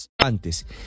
Antes